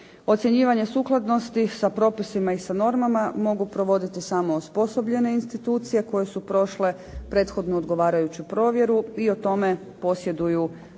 Ocjenjivanje sukladnosti sa propisima i sa normama mogu provoditi samo osposobljene institucije koje su prošle prethodno odgovarajuću provjeru i o tome posjeduju valjani